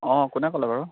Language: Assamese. অঁ কোনে ক'লে বাৰু